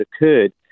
occurred